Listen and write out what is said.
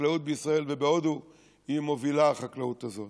החקלאות בישראל ובהודו, היא מובילה, החקלאות הזאת.